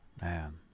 man